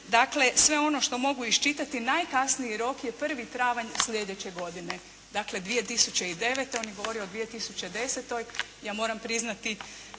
dakle, sve ono što mogu iščitati najkasniji rok je 1. travanj sljedeće godine. Dakle, 2009., on je govorio o 2010., ja moram priznati